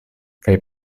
kaj